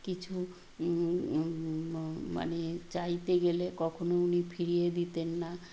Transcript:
কিছু মানে চাইতে গেলে কখনও উনি ফিরিয়ে দিতেন না